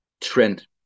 trend